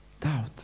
Doubt